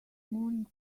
morning